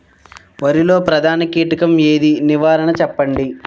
వరిలో ప్రధాన కీటకం ఏది? నివారణ చెప్పండి?